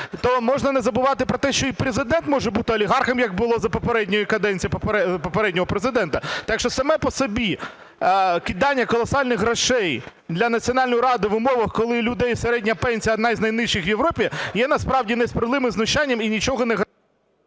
то можна не забувати про те, що і Президент може бути олігархом, як було за попередньої каденції попереднього Президента. Так що саме по собі кидання колосальних грошей для Національної ради в умовах, коли в людей середня пенсія одна з найнижчих в Європі є, насправді, несправедливим знущанням і нічого не...